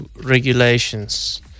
regulations